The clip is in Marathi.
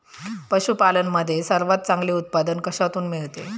पशूपालन मध्ये सर्वात चांगले उत्पादन कशातून मिळते?